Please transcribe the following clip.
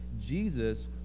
Jesus